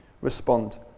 respond